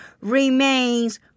Remains